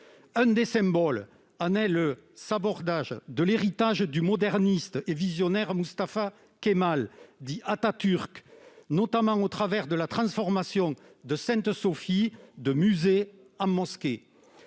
Un des symboles en est le sabordage de l'héritage du moderniste et visionnaire Mustafa Kemal, dit « Atatürk », notamment au travers de la transformation de Sainte-Sophie de musée en mosquée.